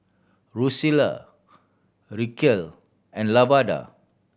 Julisa Racquel and Lavada